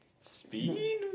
speed